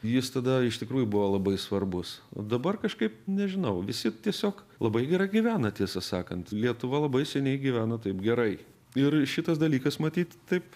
jis tada iš tikrųjų buvo labai svarbus o dabar kažkaip nežinau visi tiesiog labai gerai gyvena tiesą sakant lietuva labai seniai gyveno taip gerai ir šitas dalykas matyt taip